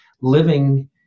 living